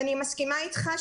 ואני מסכימה אתך,